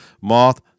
Moth